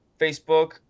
Facebook